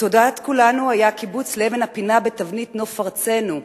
בתודעת כולנו היה הקיבוץ לאבן הפינה בתבנית נוף ארצנו,